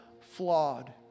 flawed